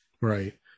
Right